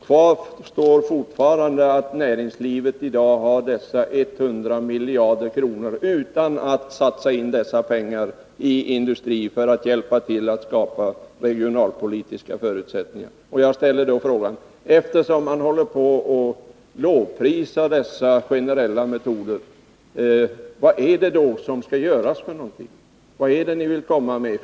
Kvarstår fortfarande att näringslivet i dag har 100 miljarder — utan att satsa dessa pengar i industrin för att hjälpa till att skapa regionalpolitiska förutsättningar. Jag ställer då frågan — eftersom man håller på och lovprisar dessa generella metoder: Vad är det som skall göras? Vad är det ni vill komma med?